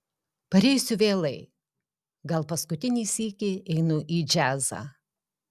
pareisiu vėlai gal paskutinį sykį einu į džiazą